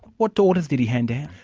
what orders did he hand down?